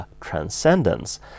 transcendence